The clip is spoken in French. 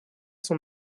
son